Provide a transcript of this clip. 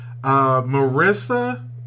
Marissa